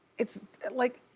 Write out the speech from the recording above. it's like,